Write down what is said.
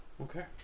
okay